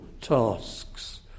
tasks